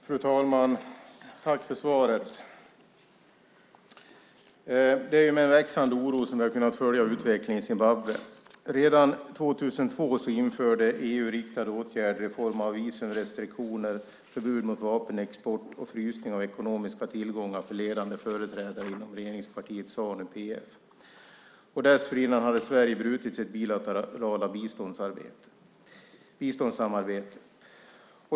Fru talman! Tack för svaret! Det är med växande oro som vi har kunnat följa utvecklingen i Zimbabwe. Redan 2002 införde EU riktade åtgärder i form av visumrestriktioner, förbud mot vapenexport och frysning av ekonomiska tillgångar för ledande företrädare inom regeringspartiet Zanu-PF. Dessförinnan hade Sverige brutit sitt bilaterala biståndssamarbete.